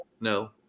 No